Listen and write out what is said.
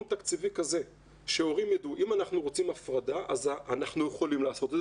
תקציבי כזה שהורים יידעו שאם הם רוצים הפרדה הם יכולים לעשות את זה,